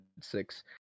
six